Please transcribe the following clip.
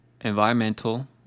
Environmental